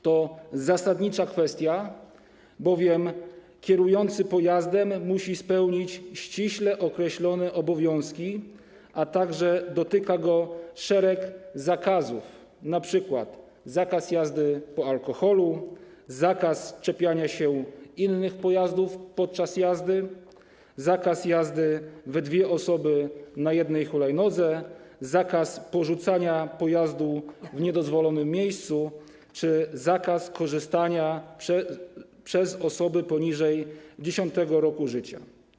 To zasadnicza kwestia, bowiem kierujący pojazdem musi mieć ściśle określone obowiązki, a także dotyka go szereg zakazów, np. zakaz jazdy po alkoholu, zakaz czepiania się innych pojazdów podczas jazdy, zakaz jazdy w dwie osoby na jednej hulajnodze, zakaz porzucania pojazdu w niedozwolonym miejscu czy zakaz korzystania przez osoby poniżej 10. roku życia.